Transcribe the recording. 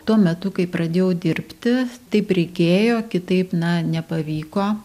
tuo metu kai pradėjau dirbti taip reikėjo kitaip na nepavyko